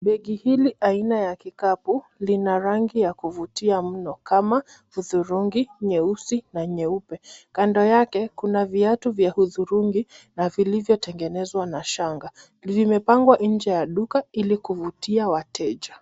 Begi hili aina ya kikakupu lina rangi ya kuvutia mno kama hudhurungi, nyeusi na nyeupe, Kando yake kuna viatu vya hudhurungi na vilivyotrngenezwa na shanga, vimepangwa nje ya duka ili kuvutia wateja.